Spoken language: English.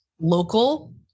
local